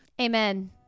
Amen